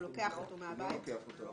הוא לא לוקח אותו מהבית.